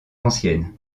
anciennes